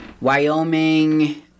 Wyoming